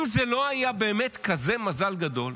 אם זה לא היה באמת כזה מזל גדול,